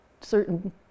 certain